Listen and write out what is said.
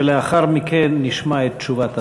ולאחר מכן נשמע את תשובת השר.